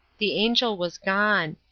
the angel was gone.